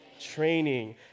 training